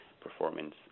performance